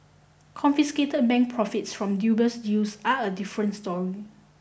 confiscated bank profits from dubious deals are a different story